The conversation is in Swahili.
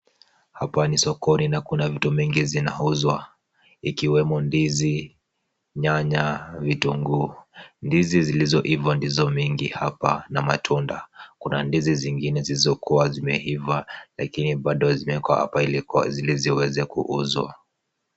Hapa ni sokoni na kuna vitu mingi zinauzwa ikiwemo ndizi, nyanya, vitunguu. Ndizi zilizoiva ndizo mingi hapa na matunda. Kuna ndizi zingine zilisokuwa zimeiva lakini bado zimeekwa hapa ili ziweze kuuzwa.